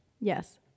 Yes